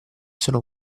sono